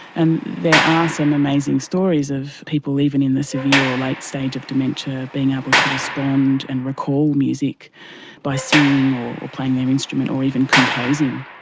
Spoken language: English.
and there are ah some amazing stories of people, even in the severe or late stage of dementia, being able to respond and recall music by singing or playing their instrument or even composing.